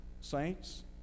saints